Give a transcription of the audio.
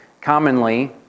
commonly